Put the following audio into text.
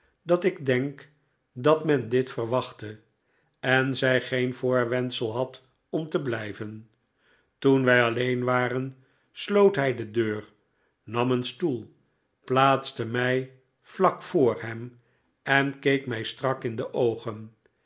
naar ik denk dat men dit verwachtte en zij geen voorwend sel had om te blijven toen wij alleen wai sloot hij de deur nam een stoel plaatste mij vlak voor hem en keek mij strak in ide oogen